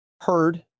heard